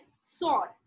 sword